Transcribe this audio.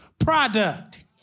product